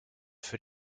für